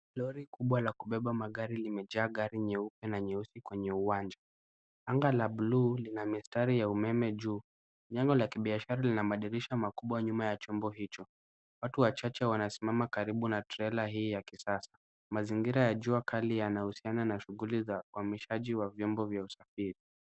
Lori kubwa la kubeba magari limejaa gari nyeupe na nyeusi kwenye uwanja. Anga la buluu lina mistari ya umeme juu. Jengo la kibiashara lina madirisha makubwa nyuma ya chombo hicho. Watu wachache wanasimama karibu na trela hii ya kisasa. Mazingira ya jua kali yanahusiana na shughuli za uhamishaji wa vyombo vya usafiri.